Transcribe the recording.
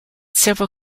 several